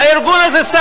מה זה הארגון הזה?